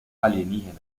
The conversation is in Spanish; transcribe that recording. alienígenas